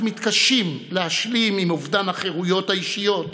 מתקשים להשלים עם אובדן החירויות האישיות,